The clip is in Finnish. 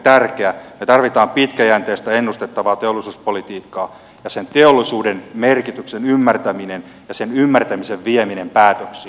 me tarvitsemme pitkäjänteistä ja ennustettavaa teollisuuspolitiikkaa ja sen teollisuuden merkityksen ymmärtämistä ja sen ymmärtämisen viemistä päätöksiin